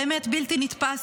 באמת בלתי נתפס,